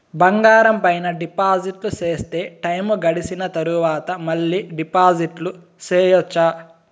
బంగారం పైన డిపాజిట్లు సేస్తే, టైము గడిసిన తరవాత, మళ్ళీ డిపాజిట్లు సెయొచ్చా?